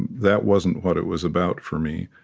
that wasn't what it was about for me.